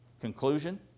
Conclusion